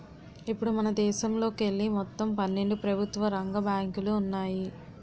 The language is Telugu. ఇప్పుడు మనదేశంలోకెళ్ళి మొత్తం పన్నెండు ప్రభుత్వ రంగ బ్యాంకులు ఉన్నాయి